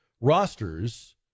rosters